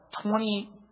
twenty